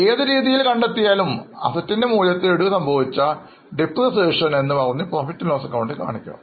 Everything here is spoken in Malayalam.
ഏതു രീതിയിൽ കണ്ടെത്തിയാലും Asset ൻറെ മൂല്യത്തിൽ ഇടിവ് സംഭവിച്ചാൽ Depreciation എന്ന് പറഞ്ഞ് Profit and loss ac കാണിക്കും